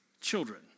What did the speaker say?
children